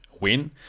win